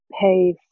pay